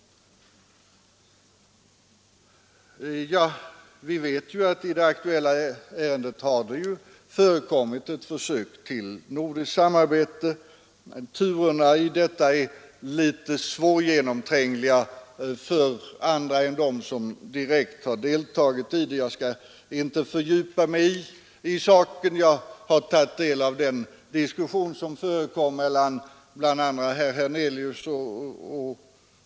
Vi vet också att det har förekommit ett försök till nordiskt samarbete. Turerna för det samarbetet är dock svårgenomträngliga för andra än dem som deltagit direkt i det arbetet. Jag skall inte fördjupa mig i den saken. Men jag har tagit del av den diskussion som förekom i utrikesdebatten mellan bl.a. statsrådet Lidbom och Hernelius.